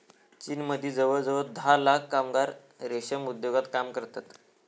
चीनमदी जवळजवळ धा लाख कामगार रेशीम उद्योगात काम करतत